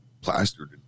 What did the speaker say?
plastered